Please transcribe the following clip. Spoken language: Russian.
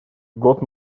год